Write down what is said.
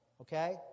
Okay